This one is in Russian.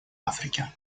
африке